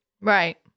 Right